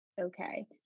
okay